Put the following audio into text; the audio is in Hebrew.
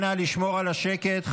אנא לשמור על השקט.